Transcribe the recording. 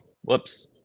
Whoops